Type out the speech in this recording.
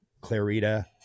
Clarita